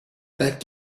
that